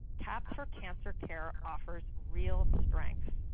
cahps for cancer care offers real strengths.